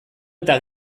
eta